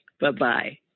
Bye-bye